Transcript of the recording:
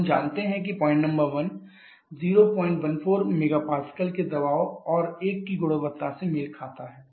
हम जानते हैं कि पॉइंट नंबर 1 014 MPa के दबाव और 1 की गुणवत्ता से मेल खाता है